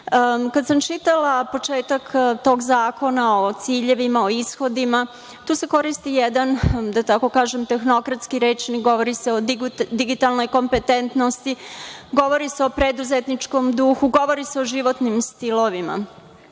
Kada sam čitala početak tog zakona, o ciljevima, o ishodima, tu se koristi jedan, da tako kažem, tehnokratski rečnik, govori se o digitalnoj kompetentnosti, govori se o preduzetničkom duhu, govori se o životnim stilovima.